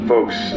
Folks